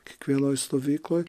kiekvienoj stovykloj